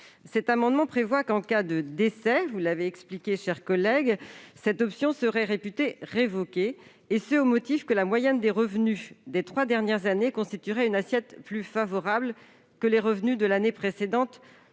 Cet amendement vise à prévoir que, en cas de décès, cette option serait réputée révoquée, et ce au motif que la moyenne des revenus des trois dernières années constituerait une assiette plus favorable que les revenus de l'année précédente.